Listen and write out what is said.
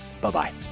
Bye-bye